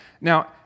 Now